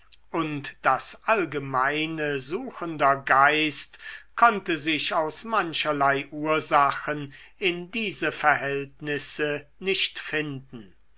und das allgemeine suchender geist konnte sich aus mancherlei ursachen in diese verhältnisse nicht finden